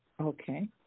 Okay